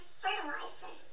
fertilizer